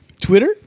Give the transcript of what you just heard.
Twitter